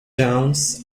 downs